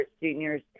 seniors